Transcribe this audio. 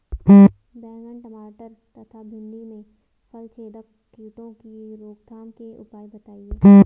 बैंगन टमाटर तथा भिन्डी में फलछेदक कीटों की रोकथाम के उपाय बताइए?